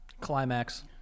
Climax